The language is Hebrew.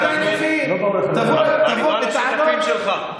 בא אליך בטענות, אני בא בטענות לשותפים שלך.